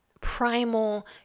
primal